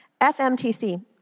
FMTC